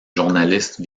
journaliste